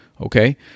Okay